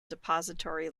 depository